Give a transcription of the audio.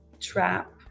trap